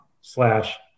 slash